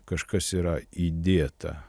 kažkas yra įdėta